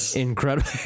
Incredible